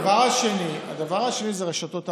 הדבר השני זה רשתות המגן.